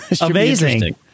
Amazing